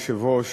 אדוני היושב-ראש,